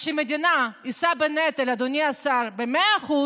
כשהמדינה, אדוני השר, תישא בנטל ב-100%,